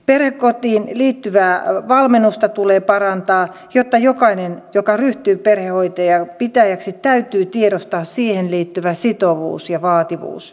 perhekotiin liittyvää valmennusta tulee parantaa jotta jokainen joka ryhtyy perhekodin pitäjäksi tiedostaa siihen liittyvän sitovuuden ja vaativuuden